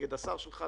נגד השר שלך,